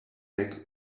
dek